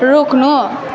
रोक्नु